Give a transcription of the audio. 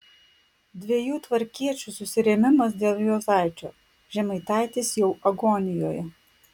dviejų tvarkiečių susirėmimas dėl juozaičio žemaitaitis jau agonijoje